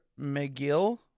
McGill